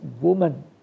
woman